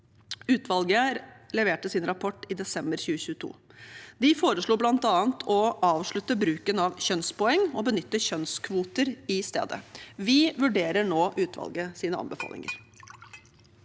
Utvalget leverte sin rapport i desember 2022. De foreslo bl.a. å avslutte bruken av kjønnspoeng og benytte kjønnskvoter i stedet. Vi vurderer nå utvalgets anbefalinger.